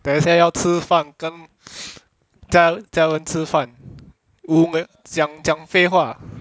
等一下要吃饭跟 家家人吃饭我们讲讲废话